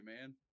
man